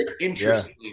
interesting